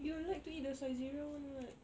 you like to eat the Saizeriya [one] [what]